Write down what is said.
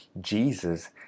Jesus